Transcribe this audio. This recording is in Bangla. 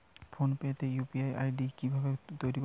ফোন পে তে ইউ.পি.আই আই.ডি কি ভাবে তৈরি করবো?